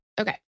Okay